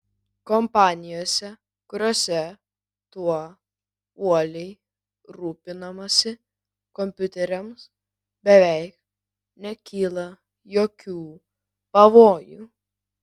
kompanijose kuriose tuo uoliai rūpinamasi kompiuteriams beveik nekyla jokių pavojų